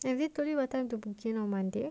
so have you told him what time to book in on monday